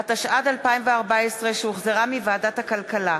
התשע"ד 2014, שהוחזרה מוועדת הכלכלה,